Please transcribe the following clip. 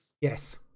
Yes